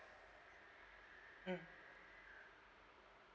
mm